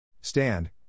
Stand